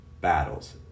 battles